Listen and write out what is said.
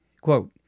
Quote